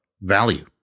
value